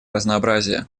разнообразия